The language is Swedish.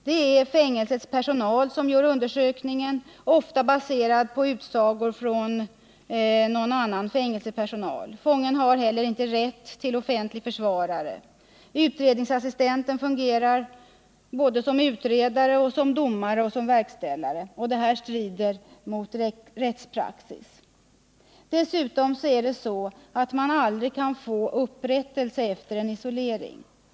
Det är fängelsets personal som gör undersökningen, ofta baserad på utsagor från annan fängelsepersonal. Fången har inte heller rätt till offentlig försvarare. Utredningsassistenten fungerar både som utredare, som domare och som verkställare. Detta strider mot rättspraxis. Dessutom får man aldrig upprättelse efter isolering.